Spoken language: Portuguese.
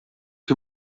que